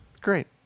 Great